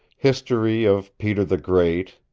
history of peter the great,